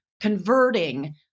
converting